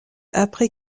après